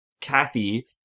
Kathy